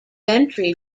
entry